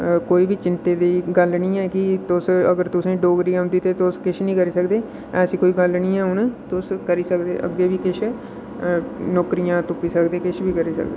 कोई बी चिंता दी गल्ल नेईं ऐ कि तुस अगर तुसें ई डोगरी आंह्दी ते तुस किश नेईं करी सकदे ऐसी कोई गल्ल नेईं ऐ हून तुस करी सकदे अग्गै बी किश अ नौकरियां तुप्पी सकदे किश बी करी सकदे